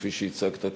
כפי שהצגת כאן,